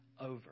over